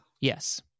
Yes